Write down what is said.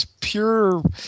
pure